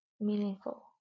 meaningful